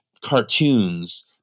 cartoons